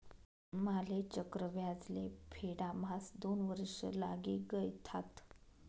माले चक्रव्याज ले फेडाम्हास दोन वर्ष लागी गयथात